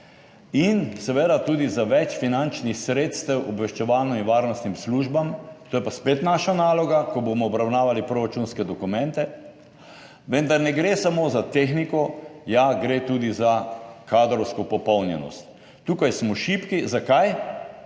in seveda tudi za več finančnih sredstev obveščevalno-varnostnim službam. To je pa spet naša naloga, ko bomo obravnavali proračunske dokumente, vendar ne gre samo za tehniko, ja, gre tudi za kadrovsko popolnjenost. Tukaj smo šibki. Zakaj?